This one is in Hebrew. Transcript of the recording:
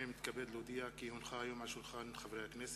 הנני מתכבד להודיע כי הונחו היום על שולחן הכנסת,